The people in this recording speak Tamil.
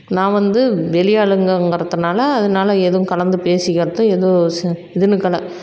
நான் வந்து வெளியாளுங்கங்கிறதுனால அதனால எதுவும் கலந்து பேசிக்கிறதும் எதுவும் ச இதனுக்கள